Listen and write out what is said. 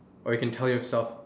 or you can tell yourself